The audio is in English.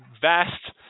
vast